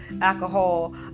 alcohol